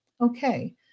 Okay